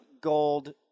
gold